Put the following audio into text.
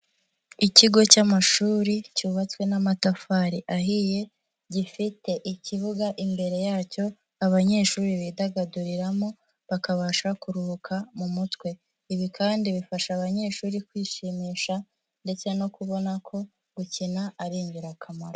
Ikigo cy'amashuri cyubatswe n'amatafari ahiye, gifite ikibuga imbere yacyo abanyeshuri bidagaduriramo bakabasha kuruhuka mu mutwe. Ibi kandi bifasha abanyeshuri kwishimisha ndetse no kubona ko gukina ari ingirakamaro.